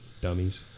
dummies